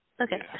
Okay